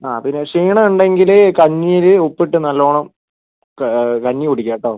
ആ പിന്നെ ക്ഷീണം ഉണ്ടെങ്കിൽ കഞ്ഞിയിൽ ഉപ്പിട്ട് നല്ലോണം കഞ്ഞി കുടിക്കുക കേട്ടോ